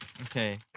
okay